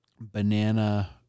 banana